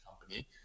company